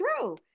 true